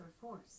force